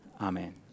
Amen